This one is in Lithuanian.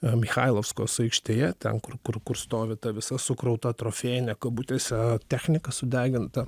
michailovskos aikštėje ten kur kur kur stovi ta visa sukrauta trofėjinė kabutėse technika sudeginta